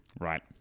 Right